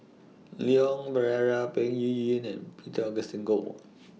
Leon Perera Peng Yuyun and Peter Augustine Goh